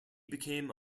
became